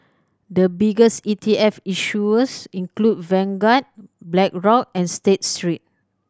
the biggest E T F issuers include Vanguard Blackrock and State Street